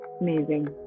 Amazing